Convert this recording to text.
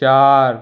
চার